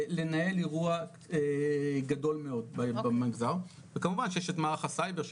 לנהל אירוע גדול מאוד במגזר וכמובן שיש את מערך הסייבר,